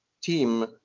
team